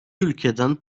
ülkeden